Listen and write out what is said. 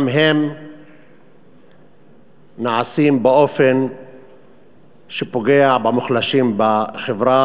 גם הם נעשים באופן שפוגע במוחלשים בחברה